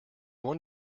one